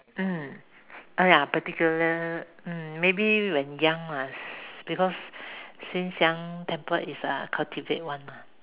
mm !aiya! particular mm maybe when young lah because since young temper is uh cultivate [one] mah